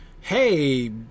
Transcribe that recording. hey